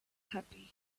happy